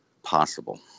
possible